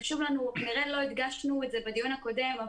כנראה לא הדגשנו את זה בדיון הקודם,